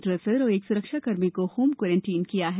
dresser और एक स्रक्षा कर्मी को होम कोरेंटाइन किया है